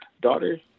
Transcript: daughter